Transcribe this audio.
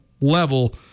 level